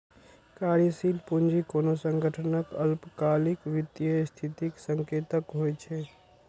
कार्यशील पूंजी कोनो संगठनक अल्पकालिक वित्तीय स्थितिक संकेतक होइ छै